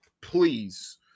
please